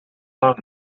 song